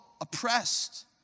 oppressed